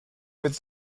with